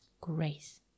grace